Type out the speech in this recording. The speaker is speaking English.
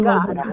God